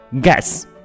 Guess